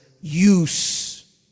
use